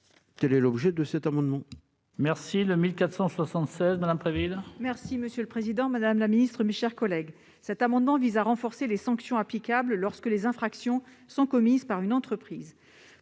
Tel est l'objet de cet amendement,